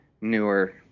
newer